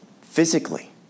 Physically